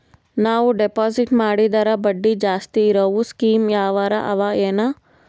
ನಾವು ಡೆಪಾಜಿಟ್ ಮಾಡಿದರ ಬಡ್ಡಿ ಜಾಸ್ತಿ ಇರವು ಸ್ಕೀಮ ಯಾವಾರ ಅವ ಏನ?